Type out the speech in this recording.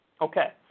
Okay